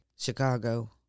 Chicago